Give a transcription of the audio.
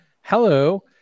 hello